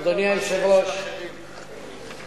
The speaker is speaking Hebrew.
הלוואי